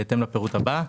בהתאם לפירוט הבא: